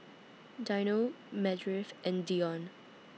Dino Meredith and Deion